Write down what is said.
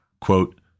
Quote